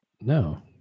No